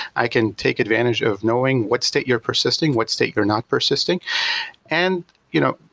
i can take advantage of knowing what state you're persisting, what state you're not persisting and you know,